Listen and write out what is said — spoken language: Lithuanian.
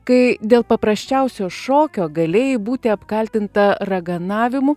kai dėl paprasčiausio šokio galėjai būti apkaltinta raganavimu